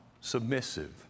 submissive